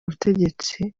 butegetsi